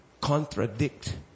contradict